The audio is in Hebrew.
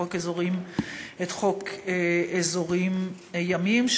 את חוק אזורים ימיים,